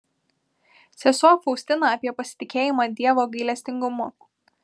sesuo faustina apie pasitikėjimą dievo gailestingumu